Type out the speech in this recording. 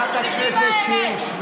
חברת הכנסת שיר, שבי.